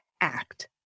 Act